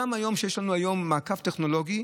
גם היום, כשיש לנו מעקב טכנולוגי,